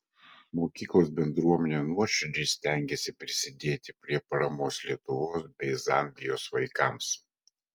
mokyklos bendruomenė nuoširdžiai stengėsi prisidėti prie paramos lietuvos bei zambijos vaikams